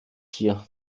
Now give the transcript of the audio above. hier